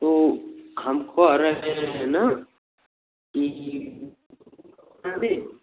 तो हमको आ रहा है ना कि में